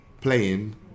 playing